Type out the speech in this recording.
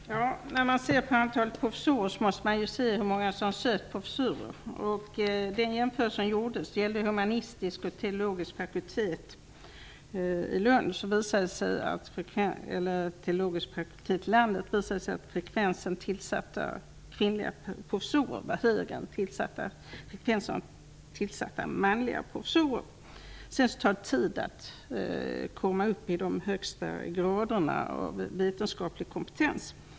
Fru talman! När man ser på antalet professorer måste man också se på hur många som har sökt professurer. Den jämförelsen gjordes. När det gäller humanistiska och teologiska fakulteter i landet visade det sig att frekvensen tillsatta kvinnliga professorer var högre än frekvensen tillsatta manliga professorer. Det tar tid att komma upp i de högsta graderna av vetenskaplig kompetens.